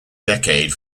decade